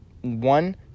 one